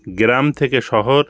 গ্রাম থেকে শহর